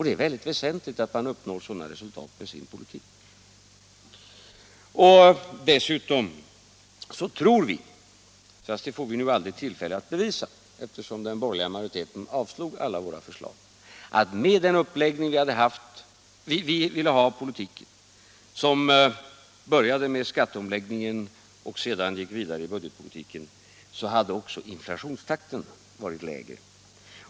Det är mycket väsentligt att man uppnår sådana resultat med sin politik. Dessutom tror vi — fast det får vi nu aldrig tillfälle att bevisa, eftersom den borgerliga majoriteten avslog alla våra förslag — att med den uppläggning vi ville ha av politiken, som började med skatteomläggningen och sedan gick vidare i budgetpolitiken, hade också inflationstakten varit lägre.